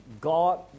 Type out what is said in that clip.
God